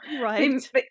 Right